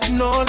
no